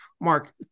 Mark